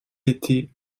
été